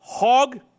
Hog